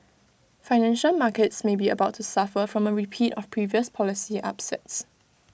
financial markets may be about to suffer from A repeat of previous policy upsets